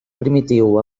primitiu